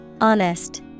Honest